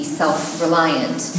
self-reliant